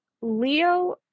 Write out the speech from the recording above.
Leo